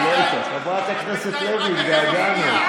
חברת הכנסת לוי, התגעגענו.